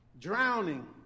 Drowning